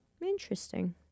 Interesting